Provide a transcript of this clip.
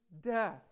death